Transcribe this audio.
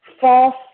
false